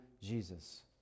Jesus